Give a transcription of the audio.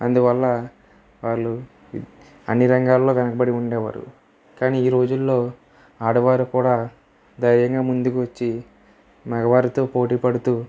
అందువల్ల వాళ్ళు అని రంగాల్లో వెనకబడి ఉండేవారు కానీ ఈ రోజుల్లో ఆడవారు కూడా ధైర్యంగా ముందుకు వచ్చి మగవారితో పోటీపడుతూ